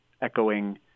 echoing